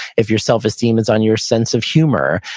if your self esteem is on your sense of humor,